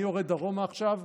אני יורד דרומה עכשיו,